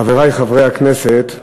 חברי חברי הכנסת,